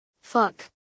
Fuck